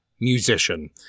musician